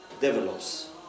develops